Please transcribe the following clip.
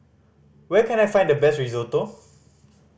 where can I find the best Risotto